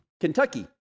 Kentucky